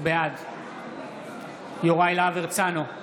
בעד יוראי להב הרצנו,